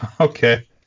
Okay